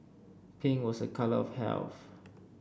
pink was a colour of health